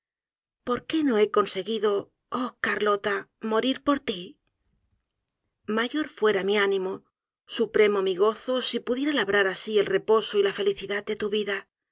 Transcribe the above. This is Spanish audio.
por qué no he conseguido oh carlota morir por ti mayor fuera mi ánimo supremo mi gozo si pudiera labrar asi el reposo y la felicidad de tu vida